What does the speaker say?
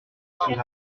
sous